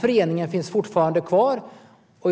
Föreningen finns fortfarande kvar.